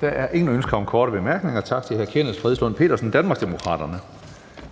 Der er ingen ønsker om korte bemærkninger. Tak til hr. Kenneth Fredslund Petersen, Danmarksdemokraterne.